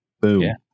Boom